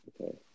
Okay